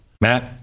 Matt